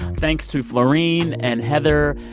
thanks to florin and heather.